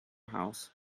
house